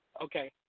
okay